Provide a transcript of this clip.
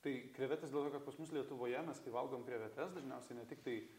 tai krevetės dėl to kad pas mus lietuvoje mes tai valgom krevetes dažniausiai ne tiktai